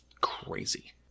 crazy